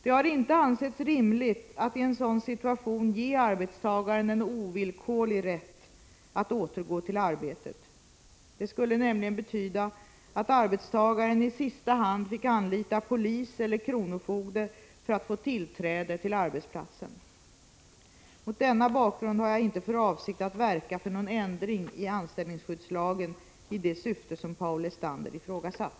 Det har inte ansetts rimligt att i en sådan situation ge arbetstagaren en ovillkorlig rätt att återgå till arbetet. Det skulle nämligen betyda att arbetstagaren i sista hand fick anlita polis eller kronofogde för att få tillträde till arbetsplatsen. Mot denna bakgrund har jag inte för avsikt att verka för någon ändring av anställningsskyddslagen i det syfte som Paul Lestander ifrågasatt.